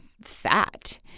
fat